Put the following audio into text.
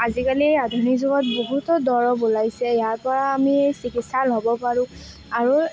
আজিকালি আধুনিক যুগত বহুতো দৰৱ ওলাইছে আৰু ইয়াৰ পৰা আমি চিকিৎসা ল'ব পাৰোঁ আৰু